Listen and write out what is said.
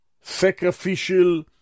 sacrificial